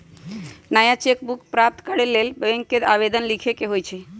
नया cheque book प्राप्त करेके लेल बैंक के आवेदन लीखे के होइ छइ